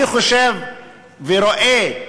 אני חושב ורואה,